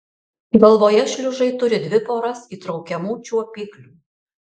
galvoje šliužai turi dvi poras įtraukiamų čiuopiklių